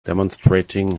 demonstrating